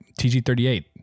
TG38